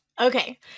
Okay